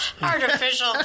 artificial